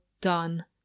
done